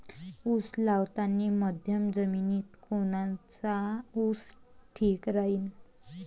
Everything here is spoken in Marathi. उस लावतानी मध्यम जमिनीत कोनचा ऊस ठीक राहीन?